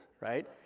right